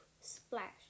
Splash